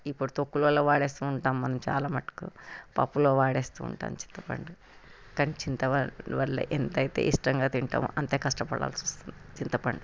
ఇప్పుడు తొక్కులలో వాడుతు ఉంటాం మనం చాలా మటుకు పప్పులలో వాడుతు ఉంటాం చింతపండు కానీ చింతపండు వల్లే ఎంత అయితే ఇష్టంగా తింటామో అంత కష్టపడాల్సి వస్తుంది చింతపండు